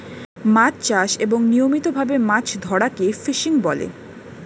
মাছ চাষ এবং নিয়মিত ভাবে মাছ ধরাকে ফিশিং বলে